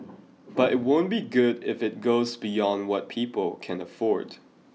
but it won't be good if it goes beyond what people can afford